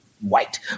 white